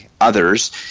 others